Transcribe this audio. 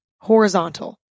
horizontal